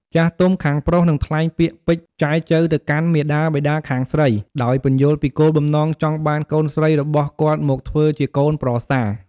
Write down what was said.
ចាស់ទុំខាងប្រុសនឹងថ្លែងពាក្យពេចន៍ចែចូវទៅកាន់មាតាបិតាខាងស្រី ដោយពន្យល់ពីគោលបំណងចង់បានកូនស្រីរបស់គាត់មកធ្វើជាកូនប្រសា។